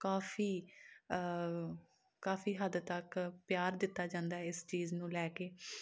ਕਾਫ਼ੀ ਕਾਫ਼ੀ ਹੱਦ ਤੱਕ ਪਿਆਰ ਦਿੱਤਾ ਜਾਂਦਾ ਹੈ ਇਸ ਚੀਜ਼ ਨੂੰ ਲੈ ਕੇ